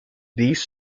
these